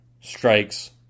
strikes